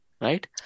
right